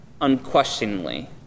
unquestioningly